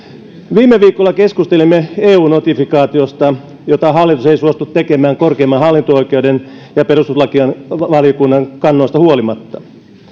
viime viikolla keskustelimme eu notifikaatiosta jota hallitus ei suostu tekemään korkeimman hallinto oikeuden ja perustuslakivaliokunnan kannoista huolimatta